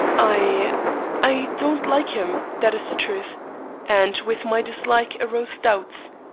i i don't like him, that is the truth and with my dislike arose doubts,